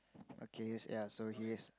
okay ya so he is